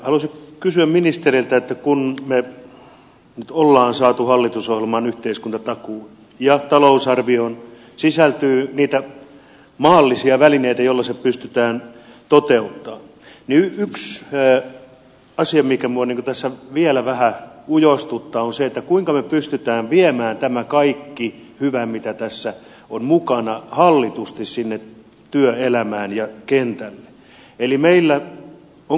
halusin kysyä ministereiltä että kun me nyt olemme saaneet hallitusohjelmaan yhteiskuntatakuun ja talousarvioon sisältyy niitä maallisia välineitä joilla se pystytään toteuttamaan niin yksi asia mikä minua tässä vielä vähän ujostuttaa on se kuinka me pystymme viemään tämän kaiken hyvän mitä tässä on mukana hallitusti sinne työelämään ja kentälle